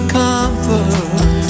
comfort